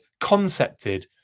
Concepted